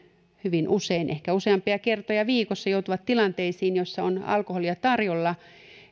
hyvin usein ehkä useampia kertoja viikossa joutuvat tilanteisiin joissa on alkoholia tarjolla